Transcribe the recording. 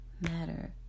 matter